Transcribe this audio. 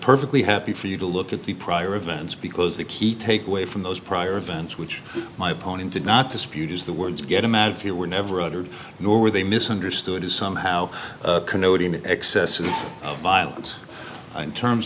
perfectly happy for you to look at the prior events because the key takeaway from those prior events which my opponent did not dispute is the words get him out of here were never uttered nor were they misunderstood as somehow excessive violence in terms